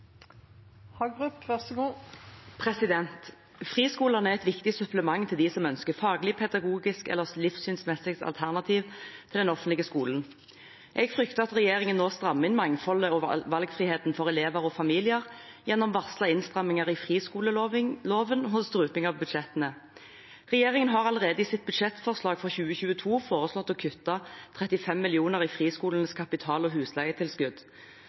Friskolene er et viktig supplement til dem som ønsker et faglig, pedagogisk eller livssynsmessig alternativ til den offentlige skolen. Jeg frykter at regjeringen nå strammer inn mangfoldet og valgfriheten for elever og familier gjennom varslede innstramminger i friskoleloven og struping av budsjettene. Regjeringen har allerede i sitt budsjettforslag for 2022 foreslått å kutte 35 mill. kr i friskolenes kapital- og husleietilskudd,